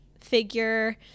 figure